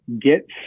get